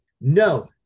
no